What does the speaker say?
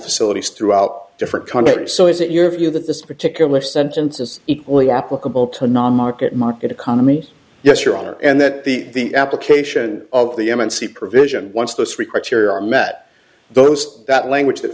facilities throughout different countries so as your view that this particular sentence is equally applicable to non market market economy yes your honor and that the the application of the m and c provision once those reports here are met those that language that